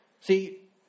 See